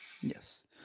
Yes